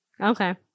Okay